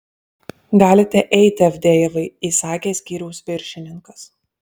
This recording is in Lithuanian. galite eiti avdejevai įsakė skyriaus viršininkas